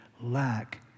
lack